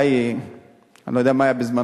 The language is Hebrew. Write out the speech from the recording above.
אני לא יודע מה היה בזמנך,